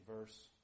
verse